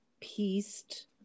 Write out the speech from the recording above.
pieced